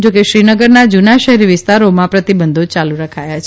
જાડકે શ્રીનગરના જૂના શહેરી વિસ્તારોમાં પ્રતિબંધો યાલુ રખાયા છે